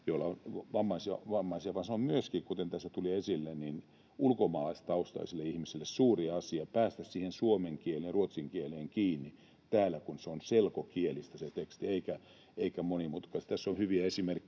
se on myöskin, kuten tässä tuli esille, ulkomaalaistaustaisille ihmisille suuri asia päästä täällä kiinni suomen kieleen ja ruotsin kieleen, kun se teksti on selkokielistä eikä monimutkaista.